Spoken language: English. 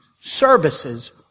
services